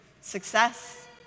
success